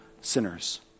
sinners